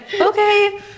okay